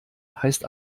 heißt